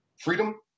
freedom